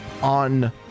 on